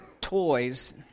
toys